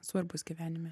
svarbus gyvenime